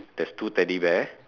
there's two teddy bear